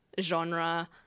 genre